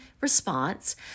response